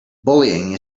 bullying